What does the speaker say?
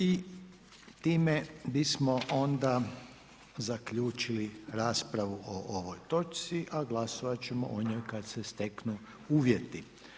I time bismo onda zaključili raspravu o ovoj točci a glasovati ćemo o njoj kada se steknu uvjeti.